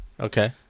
Okay